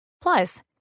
Plus